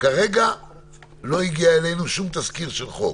כרגע לא הגיע אלינו שום תזכיר של חוק.